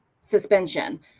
suspension